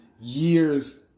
years